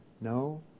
No